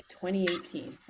2018